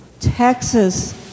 Texas